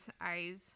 eyes